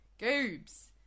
Goobs